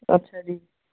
ਅੱਛਾ ਜੀ